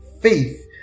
faith